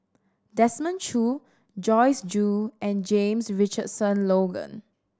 Desmond Choo Joyce Jue and James Richardson Logan